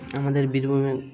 আমাদের বীরভূমে